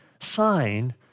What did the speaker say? sign